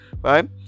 right